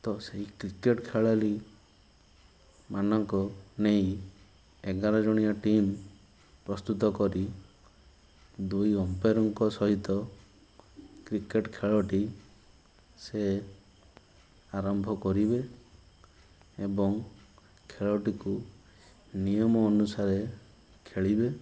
ତ ସେହି କ୍ରିକେଟ୍ ଖେଳାଳିମାନଙ୍କ ନେଇ ଏଗାର ଜଣିଆ ଟିମ୍ ପ୍ରସ୍ତୁତ କରି ଦୁଇ ଅମ୍ପେୟାର୍ଙ୍କ ସହିତ କ୍ରିକେଟ୍ ଖେଳଟି ସେ ଆରମ୍ଭ କରିବେ ଏବଂ ଖେଳଟିକୁ ନିୟମ ଅନୁସାରେ ଖେଳିବେ